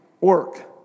work